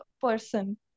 person